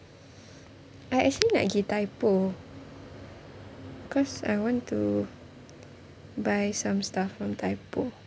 I actually nak pergi typo cause I want to buy some stuff from typo